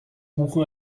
buchen